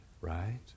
right